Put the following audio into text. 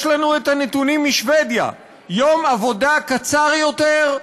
יש לנו הנתונים משבדיה: יום עבודה קצר יותר,